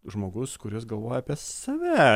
žmogus kuris galvoja apie save